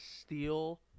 steal